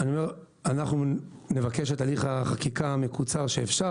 אנחנו נבקש את הליך החקיקה המקוצר שאפשר,